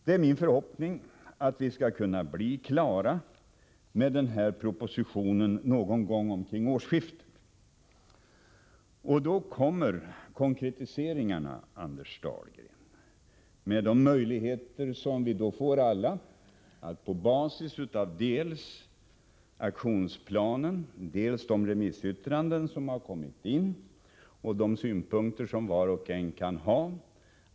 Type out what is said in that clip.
Det är min förhoppning att vi skall kunna bli klara med propositionen någon gång omkring årsskiftet, och då kommer konkretiseringarna, Anders Dahlgren. Då får vi möjlighet, att göra bedömningar på basis av dels aktionsplanen, dels de remissyttranden som kommer in och de synpunkter som var och en kan ha.